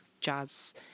jazz